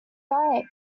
like